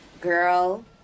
Girl